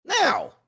Now